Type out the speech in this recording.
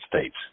States